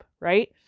right